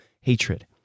hatred